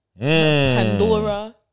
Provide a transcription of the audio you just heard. Pandora